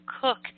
cook